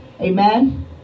amen